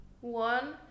one